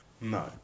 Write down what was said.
No